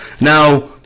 Now